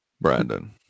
Brandon